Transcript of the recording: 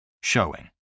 Showing